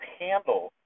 handle